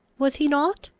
was he not?